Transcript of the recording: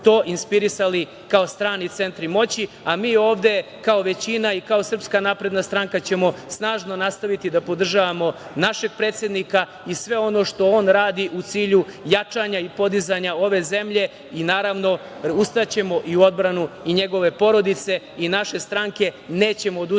to inspirisali kao strani centri moći, a mi ovde kao većina i kao SNS ćemo snažno nastaviti da podržavamo našeg predsednika i sve ono što on radi u cilju jačanja i podizanja ove zemlje. Naravno, ustaćemo i u odbranu i njegove porodice i naše stranke. Nećemo odustajati